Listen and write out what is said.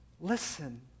Listen